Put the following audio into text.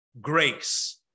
grace